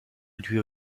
lui